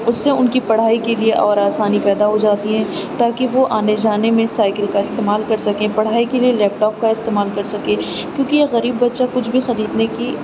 اس سے ان کی پڑھائی کے لیے اور آسانی پیدا ہو جاتی ہے تاکہ وہ آنے جانے میں سائیکل کا استعمال کر سکیں پڑھائی کے لیے لیپ ٹاپ کا استعمال کر سکیں کیونکہ یہ غریب بچہ کچھ بھی خریدنے کی